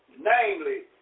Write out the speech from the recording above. Namely